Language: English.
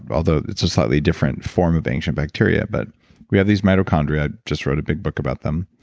although, it's just slightly different form of ancient bacteria but we have these mitochondria, just wrote a big book about them.